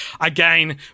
again